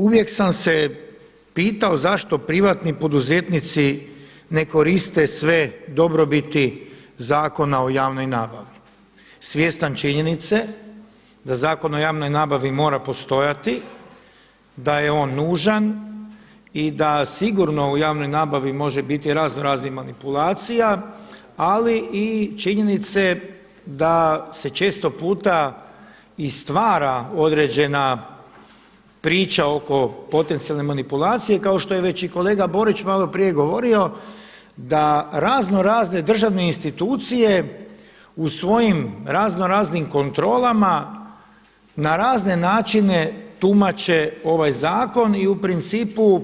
Uvijek sam se pitao zašto privatni poduzetnici ne koriste sve dobrobiti Zakona o javnoj nabavi svjestan činjenice da Zakon o javnoj nabavi mora postojati, da je on nužan i da sigurno u javnoj nabavi može biti razno raznih manipulacija ali i činjenice da se često puta i stvara određena priča oko potencijalne manipulacije kao što je već i kolega Borić maloprije govorio da razno razne državne institucije u svojim razno raznim kontrolama na razne načine tumače ovaj zakon i u principu